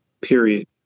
period